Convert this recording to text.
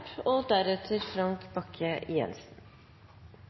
og deretter